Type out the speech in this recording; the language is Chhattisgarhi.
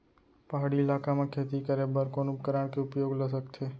पहाड़ी इलाका म खेती करें बर कोन उपकरण के उपयोग ल सकथे?